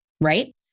right